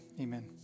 amen